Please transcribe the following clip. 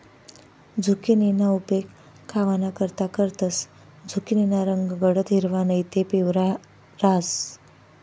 झुकिनीना उपेग खावानाकरता करतंस, झुकिनीना रंग गडद हिरवा नैते पिवया रहास